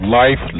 life